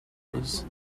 was